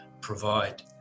provide